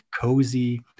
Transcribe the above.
cozy